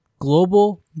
Global